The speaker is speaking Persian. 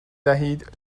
دهید